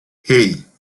hey